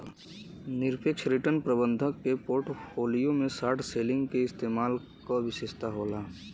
निरपेक्ष रिटर्न प्रबंधक के पोर्टफोलियो में शॉर्ट सेलिंग के इस्तेमाल क विशेषता होला